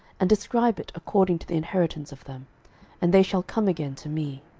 and describe it according to the inheritance of them and they shall come again to me.